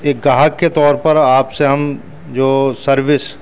ایک گاہک کے طور پر آپ سے ہم جو سروس